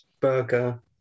burger